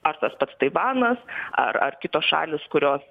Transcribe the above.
ar tas pats taivanas ar ar kitos šalys kurios